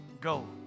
go